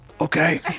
okay